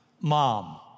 mom